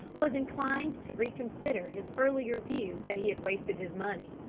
was inclined to reconsider his earlier view that he had wasted his money,